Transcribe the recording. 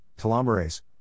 telomerase